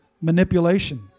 Manipulation